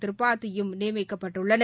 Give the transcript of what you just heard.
திரிபாதியும் நியமிக்கப்பட்டுள்ளனர்